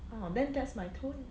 orh then that's my tone